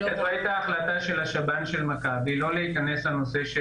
ההחלטה של השב"ן של מכבי לא להיכנס לנושא.